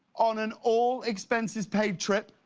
on an all expenses paid trip